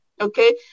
Okay